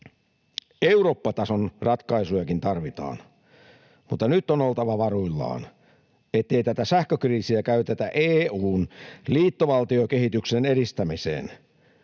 Eurooppa-tason ratkaisujakin tarvitaan, mutta nyt on oltava varuillaan, ettei tätä sähkökriisiä käytetä EU:n liittovaltiokehityksen edistämiseen.